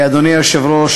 אדוני היושב-ראש,